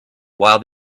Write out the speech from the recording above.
while